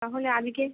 তাহলে আজকে